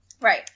Right